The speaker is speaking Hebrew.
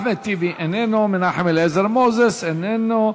אחמד טיבי, איננו, מנחם אליעזר מוזס, איננו.